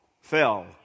fell